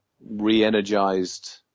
re-energized